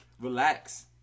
relax